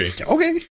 Okay